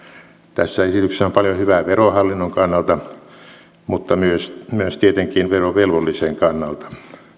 tässä esityksessä on paljon hyvää verohallinnon kannalta mutta myös myös tietenkin verovelvollisen kannalta